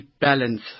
balance